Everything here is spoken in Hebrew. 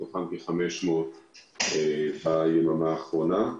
מתוכם כ-500 ביממה האחרונה.